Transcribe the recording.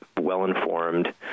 well-informed